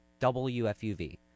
WFUV